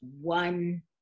one